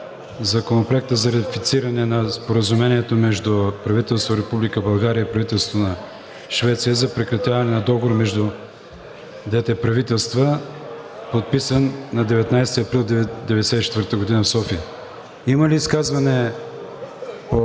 Законопроекта за ратифициране на Споразумението между правителство Република България и правителството на Швеция за прекратяване на договор между двете правителства, подписан на 19 април 1994 г. в София. Има ли изказване по